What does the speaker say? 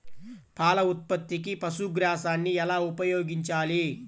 పాల ఉత్పత్తికి పశుగ్రాసాన్ని ఎలా ఉపయోగించాలి?